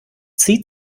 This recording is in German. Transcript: zieht